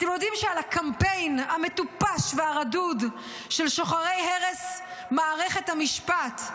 אתם יודעים שעל הקמפיין המטופש והרדוד של שוחרי הרס מערכת המשפט,